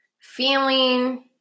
feeling